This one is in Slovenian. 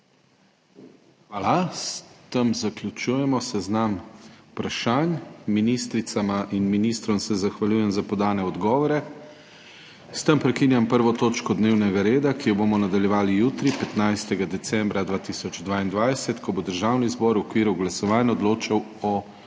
Hvala. S tem zaključujemo seznam vprašanj. Ministricama in ministrom se zahvaljujem za podane odgovore. S tem prekinjam 1. točko dnevnega reda, ki jo bomo nadaljevali jutri, 15. decembra 2022, ko bo Državni zbor v okviru glasovanj odločal o